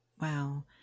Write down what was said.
Wow